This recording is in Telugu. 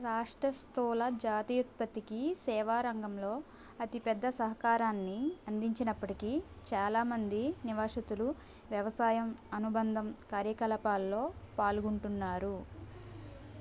రాష్ట్ర స్థూల జాతీయోత్పత్తికి సేవా రంగంలో అతిపెద్ద సహకారాన్ని అందించినప్పటికీ చాలా మంది నివాసితులు వ్యవసాయం అనుబంధం కార్యకలాపాలలో పాల్గొంటున్నారు